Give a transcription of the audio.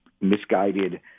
misguided